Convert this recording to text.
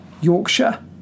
Yorkshire